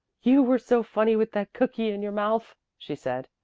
you were so funny with that cookie in your mouth, she said.